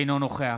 אינו נוכח